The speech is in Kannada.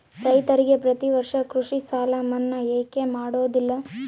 ರೈತರಿಗೆ ಪ್ರತಿ ವರ್ಷ ಕೃಷಿ ಸಾಲ ಮನ್ನಾ ಯಾಕೆ ಮಾಡೋದಿಲ್ಲ?